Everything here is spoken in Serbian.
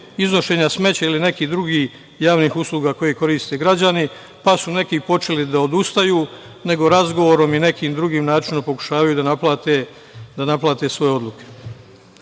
iznošenja smeća ili neki drugi javnih uslova koje koriste građani, pa su neki počeli da odustaju, nego razgovorom i nekim drugim načinom pokušavaju da naplate svoje odluke. Ovde